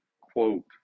quote